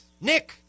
Nick